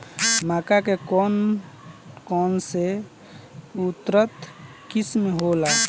मक्का के कौन कौनसे उन्नत किस्म होला?